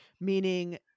meaning